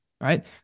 right